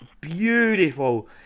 beautiful